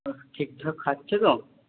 ঠিকঠাক খাচ্ছে তো